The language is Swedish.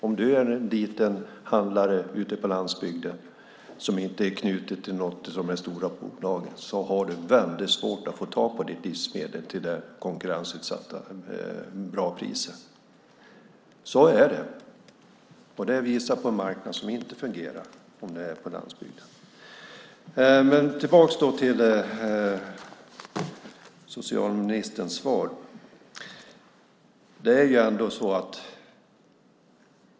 Om du är en liten handlare ute på landsbygden som inte är knuten till någon av de stora bolagen har du väldigt svårt att få tag på livsmedel till konkurrensmässiga och bra priser. Så är det. Det visar på en marknad som inte fungerar på landsbygden. Låt oss gå tillbaka till socialministerns svar.